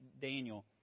Daniel